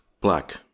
black